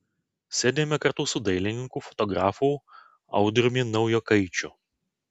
sėdime kartu su dailininku fotografu audriumi naujokaičiu